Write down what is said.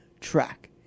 track